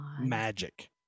magic